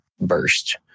burst